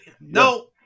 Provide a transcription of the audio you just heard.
No